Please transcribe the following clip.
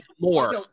More